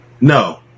No